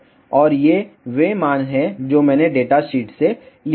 और ये वे मान हैं जो मैंने डेटा शीट से लिए हैं